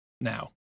now